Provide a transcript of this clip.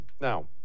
now